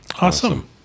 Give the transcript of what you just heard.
Awesome